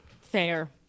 Fair